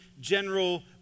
general